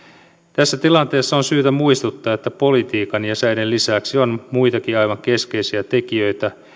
tässä tilanteessa on syytä muistuttaa että politiikan ja säiden lisäksi on muitakin aivan keskeisiä tekijöitä